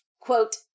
Quote